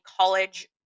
college